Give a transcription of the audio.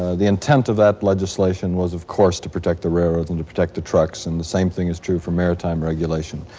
ah the intent of that legislation was, of course, to protect the railroads and to protect the trucks, and the same thing is true for maritime regulation.